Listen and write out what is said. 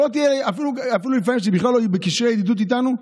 אפילו שבכלל לא היו בקשרי ידידות איתנו,